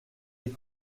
des